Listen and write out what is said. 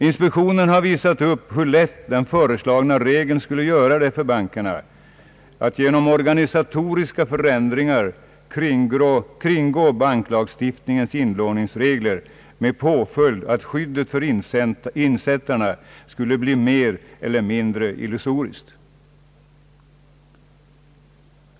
Inspektionen har visat upp hur lätt den föreslagna regeln skulle göra det för bankerna att genom organisatoriska förändringar kringgå banklagstiftningens inlåningsregler med påföljd att skyddet för insättarna skulle bli mer eller mindre illusoriskt.